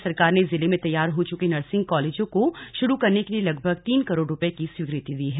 साथ ही सरकार ने जिले में तैयार हो चुके नर्सिंग कॉलेज को शुरू करने के लिए लगभग तीन करोड़ रूपये की स्वीकृति दी है